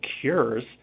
cures